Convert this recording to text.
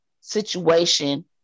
situation